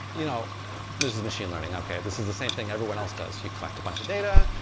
you know this is machine learning, okay, this is the same thing everyone else does. you collect a bunch of data,